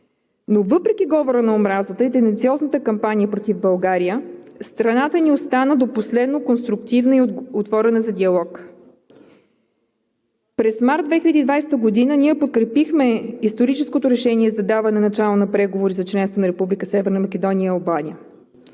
Въпреки говора на омразата и тенденциозната кампания против България, страната ни остана до последно конструктивна и отворена за диалог. През месец март 2020 г. подкрепихме историческото решение за даване на начало на преговори за членство на Република Северна Македония и Албания.